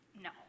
No